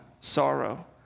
sorrow